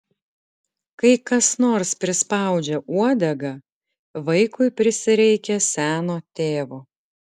kai kas nors prispaudžia uodegą vaikui prisireikia seno tėvo